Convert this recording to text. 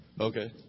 okay